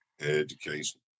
education